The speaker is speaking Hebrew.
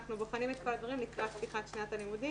אנחנו בוחנים את כל הדברים לקראת פתיחת שנת הלימודים